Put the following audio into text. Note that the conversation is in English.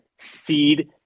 seed